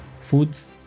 foods